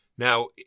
Now